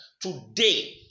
Today